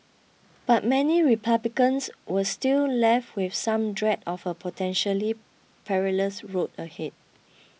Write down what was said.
but many Republicans were still left with some dread of a potentially perilous road ahead